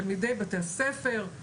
תלמידי בתי הספר,